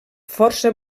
força